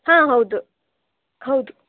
ಹಾಂ ಹೌದು ಹೌದು